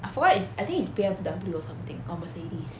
I forget I think it's B_M_W or something or Mercedes